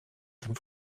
zum